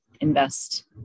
invest